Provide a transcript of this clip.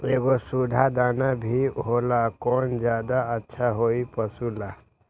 एगो सुधा दाना भी होला कौन ज्यादा अच्छा होई पशु ला?